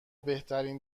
بهترین